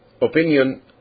opinion